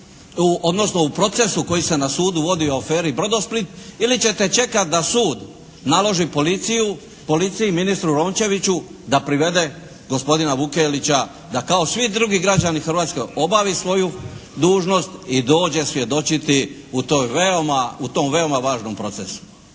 odnosno u procesu koji se na sudu vodi o aferi "Brodosplit" ili ćete čekati da sud naloži policiji, ministru Rončeviću da privede gospodina Vukelića da kao svi drugi građani Hrvatske obavi svoju dužnost i dođe svjedočiti u tom veoma važnom procesu.